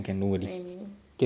know what I mean